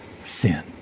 sin